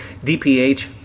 DPH